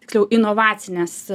tiksliau inovacinės